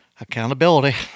Accountability